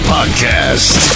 Podcast